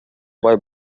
бай